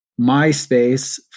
MySpace